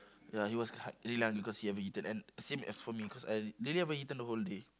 ya he was because he haven't eaten and same as for me cause I really haven't eaten the whole day